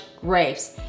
grapes